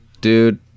Dude